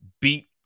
beat